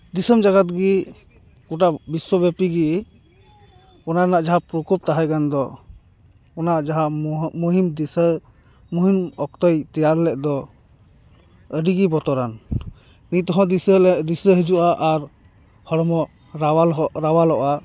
ᱫᱤᱥᱚᱢ ᱡᱟᱠᱟᱛ ᱜᱮ ᱜᱚᱴᱟ ᱵᱤᱥᱥᱚ ᱵᱮᱯᱤᱜᱮ ᱚᱱᱟ ᱨᱮᱱᱟᱜ ᱡᱟᱦᱟᱸ ᱯᱨᱚᱠᱳᱯ ᱛᱟᱦᱮᱸ ᱠᱟᱱ ᱫᱚ ᱚᱱᱟ ᱡᱟᱦᱟᱸ ᱢᱚᱦᱚ ᱢᱩᱦᱤᱢ ᱫᱤᱥᱟᱹ ᱢᱩᱦᱤᱢ ᱚᱠᱛᱚᱭ ᱛᱮᱭᱟᱨ ᱞᱮᱫ ᱫᱚ ᱟᱹᱰᱤᱜᱮ ᱵᱚᱛᱚᱨᱟᱱ ᱱᱤᱛ ᱦᱚᱸ ᱫᱤᱥᱟᱹ ᱞᱮ ᱫᱤᱥᱟᱹ ᱦᱤᱡᱩᱜᱼᱟ ᱟᱨ ᱦᱚᱲᱢᱚ ᱨᱟᱣᱟᱞᱚ ᱨᱟᱣᱟᱞᱚᱜᱼᱟ